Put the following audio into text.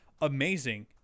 amazing